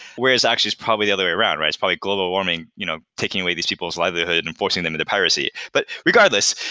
whereas actually it's probably the other way around, right? it's global warming you know taking away these people's livelihood and forcing them into piracy. but regardless,